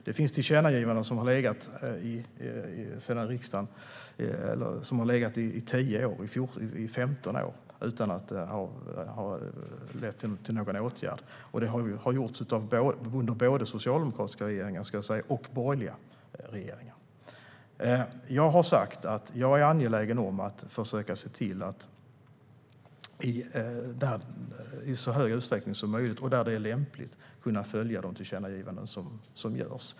Det finns tillkännagivanden som legat i 15 år utan att det lett till någon åtgärd. Så har det varit under både socialdemokratiska och borgerliga regeringar. Jag har sagt att jag är angelägen om att försöka se till att i så stor utsträckning som möjligt och där det är lämpligt följa de tillkännagivanden som görs.